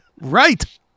Right